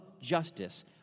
justice